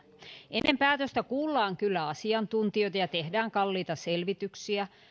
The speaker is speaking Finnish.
ennen päätöstä kuullaan kyllä asiantuntijoita ja tehdään kalliita selvityksiä